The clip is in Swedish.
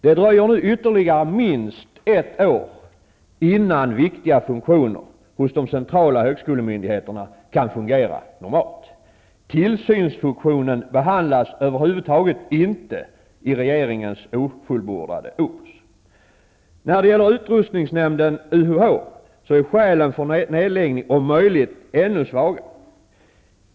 Det dröjer nu ytterligare minst ett år innan viktiga funktioner hos de centrala högskolemyndigheterna kan bli normala. Frågan om tillsynsfunktionen behandlas över huvud taget inte i regeringens ofullbordade opus. När det gäller utrustningsnämnden, UUH, är skälen för nedläggning om möjligt ännu svagare.